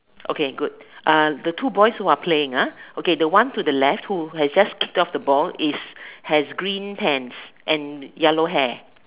okay good uh the two boys who are playing ah okay the one to the left who has just kicked off the ball has green pants and yellow hair